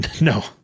No